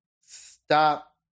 stop